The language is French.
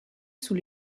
sous